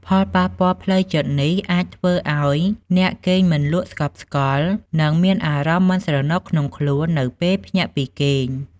ផលប៉ះពាល់ផ្លូវចិត្តនេះអាចធ្វើឱ្យអ្នកគេងមិនលក់ស្កប់ស្កល់ និងមានអារម្មណ៍មិនស្រណុកក្នុងខ្លួននៅពេលភ្ញាក់ពីគេង។